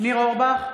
ניר אורבך,